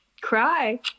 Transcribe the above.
Cry